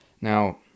Now